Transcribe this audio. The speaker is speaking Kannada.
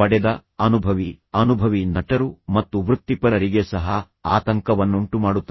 ಪಡೆದ ಅನುಭವಿ ಅನುಭವಿ ನಟರು ಮತ್ತು ವೃತ್ತಿಪರರಿಗೆ ಸಹ ಆತಂಕವನ್ನುಂಟು ಮಾಡುತ್ತದೆ